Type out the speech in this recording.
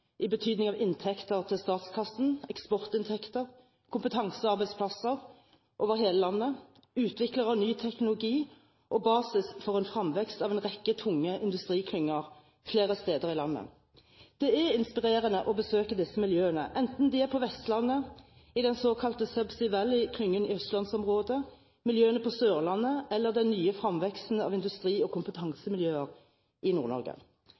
i betydning av inntekter til statskassen, eksportinntekter, kompetansearbeidsplasser over hele landet, utvikler av ny teknologi og basis for en fremvekst av en rekke tunge industriklynger flere steder i landet. Det er inspirerende å besøke disse miljøene enten de er på Vestlandet, i den såkalte subsea valley-klyngen i østlandsområdet, miljøene på Sørlandet eller den nye fremveksten av industri- og kompetansemiljøer i